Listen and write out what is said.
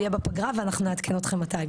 הוא יהיה בפגרה ואנחנו נעדכן אתכם מתי.